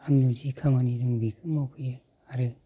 आंनाव जि खामानि बेखौ मावफैयो आरो